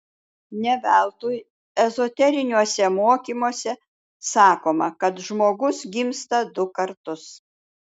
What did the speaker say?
ne veltui ezoteriniuose mokymuose sakoma kad žmogus gimsta du kartus